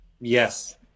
yes